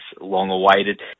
long-awaited